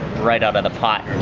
right out of the pot.